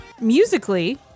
Musically